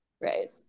Right